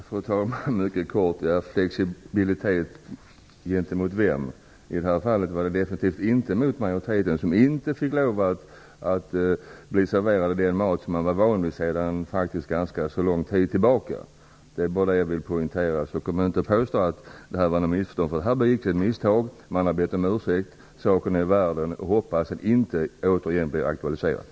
Fru talman! Flexibilitet gentemot vem? I det här fallet var det definitivt inte mot majoriteten, som inte fick lov att bli serverad den mat man var van vid sedan lång tid tillbaka. Det är detta jag vill poängtera. Kom inte och påstå att detta var något missförstånd. Här begicks ett misstag. Man har bett om ursäkt. Saken är ur världen. Jag hoppas att detta inte återigen kommer att bli aktuellt.